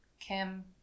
Kim